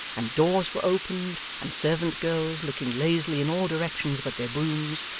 and doors were opened, and servant girls, looking lazily in all directions but their brooms,